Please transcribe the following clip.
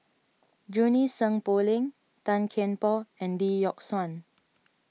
Junie Sng Poh Leng Tan Kian Por and Lee Yock Suan